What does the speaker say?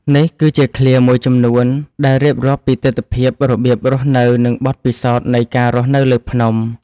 នេះគឺជាឃ្លាមួយចំនួន ដែលរៀបរាប់ពីទិដ្ឋភាព របៀបរស់នៅ និងបទពិសោធន៍នៃការរស់នៅលើភ្នំ